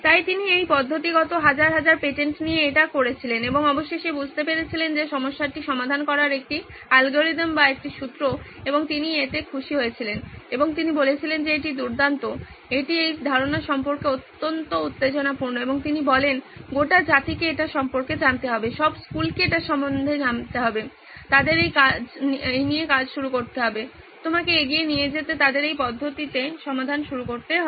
তাই তিনি এই পদ্ধতিগত হাজার হাজার পেটেন্টে নিয়ে এটা করেছিলেন এবং অবশেষে বুঝতে পেরেছিলেন যে সমস্যাটি সমাধান করার একটি অ্যালগরিদম বা একটি সূত্র এবং তিনি এতে খুশি হয়েছিলেন এবং তিনি বলেছিলেন যে এটি দুর্দান্ত এটি এই ধারণা সম্পর্কে অত্যন্ত উত্তেজনাপূর্ণ এবং তিনি বলেন গোটা জাতিকে এটার সম্পর্কে জানতে হবে সব স্কুলকে এটার সম্পর্কে জানতে হবে তাদের এই নিয়ে কাজ শুরু করতে হবে আপনাকে এগিয়ে নিয়ে যেতে তাদের এই পদ্ধতিতে সমাধান শুরু করতে হবে